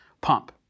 pump